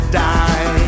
die